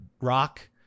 rock